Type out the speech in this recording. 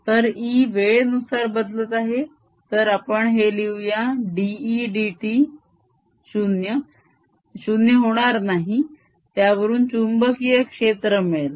तर E वेळेनुसार बदलत आहे तर आपण हे लिहूया dE dt 0 होणार नाही त्यावरून चुंबकीय क्षेत्र मिळेल